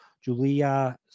Julia